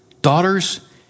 daughters